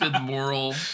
moral